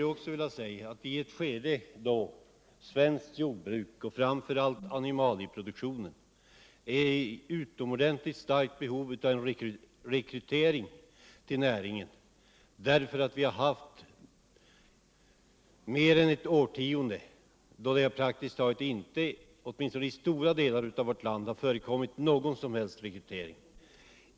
Vi är nu i ett skede då svenskt jordbruk och framför allt animalieproduktionen är I utomordentligt stort behov av rekrytering till näringen, därför att det under mer än ett årtionde praktiskt taget inte, åtminstone inte i stora delar i vårt land, har förekommit någon som helst rekrytering.